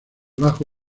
bajo